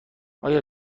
آیا